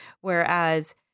Whereas